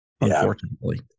unfortunately